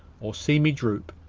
or see me droop,